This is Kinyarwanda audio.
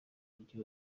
mujyi